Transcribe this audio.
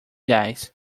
guys